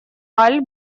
аль